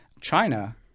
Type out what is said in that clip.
China